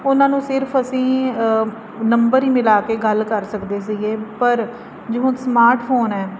ਉਹਨਾਂ ਨੂੰ ਸਿਰਫ ਅਸੀਂ ਨੰਬਰ ਹੀ ਮਿਲਾ ਕੇ ਗੱਲ ਕਰ ਸਕਦੇ ਸੀਗੇ ਪਰ ਜਿਵੇਂ ਸਮਾਰਟ ਫੋਨ ਹ